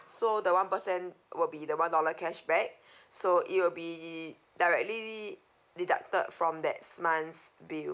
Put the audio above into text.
so the one percent will be the one dollar cashback so it will be directly deducted from that's month's bill